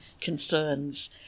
concerns